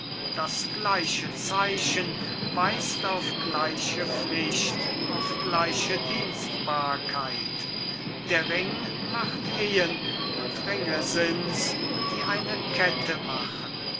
das gleiche zeichen weist auf gleiche pflicht auf gleiche dienstbarkeit der ring macht ehen und ringe sind's die eine kette machen